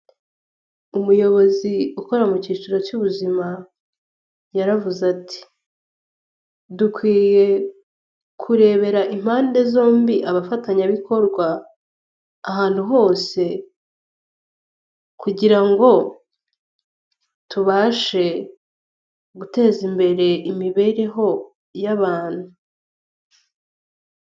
Umuyobozi ukora mu cyiciro cy'ubuzima yaravuze ati, "dukwiye kurebera impande zombi abafatanyabikorwa ahantu hose kugira ngo tubashe guteza imbere imibereho y'abantu."